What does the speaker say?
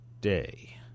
day